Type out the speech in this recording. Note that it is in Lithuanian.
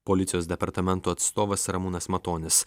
policijos departamento atstovas ramūnas matonis